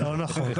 לא.